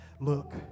Look